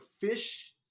fish